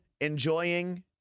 enjoying